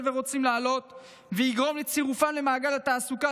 ורוצים לעלות ויגרום לצירופם למעגל התעסוקה,